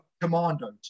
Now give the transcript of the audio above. commandos